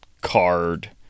card